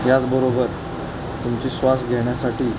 याचबरोबर तुमची श्वास घेण्यासाठी